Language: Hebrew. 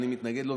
אני מתנגד לו,